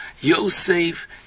Yosef